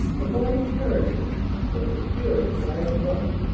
the body perisheth but the spirit dieth not.